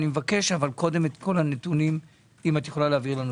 מבקש קודם את כל הנתונים בכתב.